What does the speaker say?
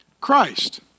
Christ